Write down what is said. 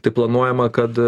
tai planuojama kad